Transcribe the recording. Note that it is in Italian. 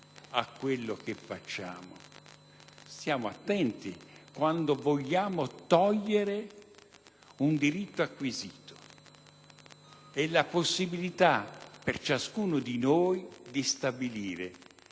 a quello che facciamo; stiamo attenti quando vogliamo togliere un diritto acquisito e la possibilità per ciascuno di noi di stabilire